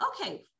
okay